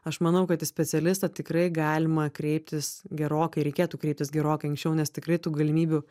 aš manau kad į specialistą tikrai galima kreiptis gerokai reikėtų kreiptis gerokai anksčiau nes tikrai tų galimybių